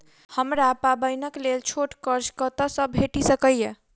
हमरा पाबैनक लेल छोट कर्ज कतऽ सँ भेटि सकैये?